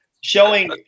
showing